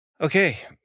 Okay